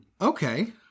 Okay